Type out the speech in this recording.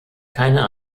keine